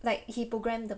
like he programme the